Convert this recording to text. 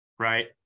Right